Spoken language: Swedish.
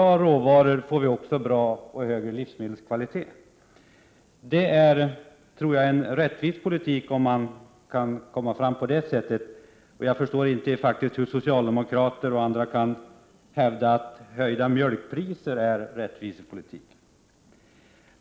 Med goda råvaror får man också en högre livsmedelskvalitet. En politik på den grunden är en rättvis politik. Jag förstår faktiskt inte hur socialdemokrater och andra kan hävda att höjda mjölkpriser är en rättvis politik.